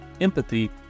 empathy